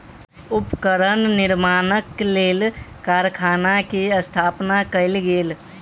उपकरण निर्माणक लेल कारखाना के स्थापना कयल गेल